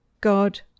God